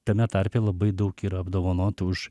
tame tarpe labai daug yra apdovanotų už